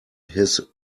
his